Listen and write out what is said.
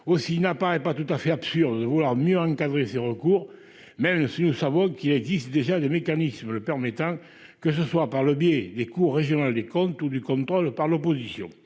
aussi, il n'apparaît pas tout à fait absurde de vouloir mieux encadrer ces recours même si nous savons qu'il existe déjà des mécanismes permettant que ce soit par le biais des cours régionales des comptes ou du contrôle par l'opposition,